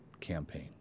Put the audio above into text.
campaign